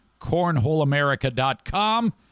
CornholeAmerica.com